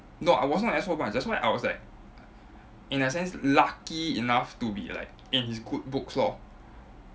no I wasn't from S four branch that's why I was like in that sense lucky enough to be like in his good books lor